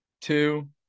two